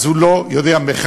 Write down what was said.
אז הוא לא יודע מכניקה,